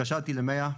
התקשרתי ל-100,